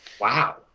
Wow